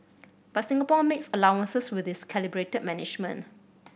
but Singapore makes allowances with its calibrated management